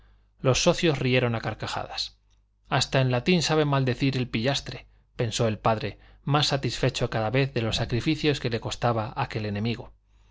los socios rieron a carcajadas hasta en latín sabe maldecir el pillastre pensó el padre más satisfecho cada vez de los sacrificios que le costaba aquel enemigo